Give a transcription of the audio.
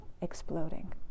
exploding